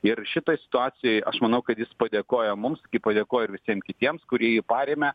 ir šitoj situacijoj aš manau kad jis padėkojo mums kaip padėkojo ir visiem kitiems kurie jį parėmė